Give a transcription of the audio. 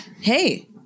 Hey